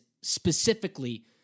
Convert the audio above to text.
specifically